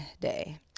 day